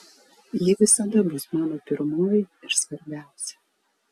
ji visada bus mano pirmoji ir svarbiausia